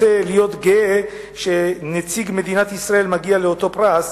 רוצה להיות גאה שנציג מדינת ישראל מגיע לאותו פרס,